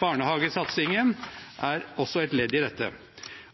Barnehagesatsingen er også et ledd i dette.